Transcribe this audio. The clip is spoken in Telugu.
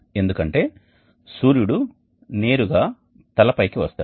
ఎందుకంటే సూర్యుడు నేరుగా తలపైకి వస్తాడు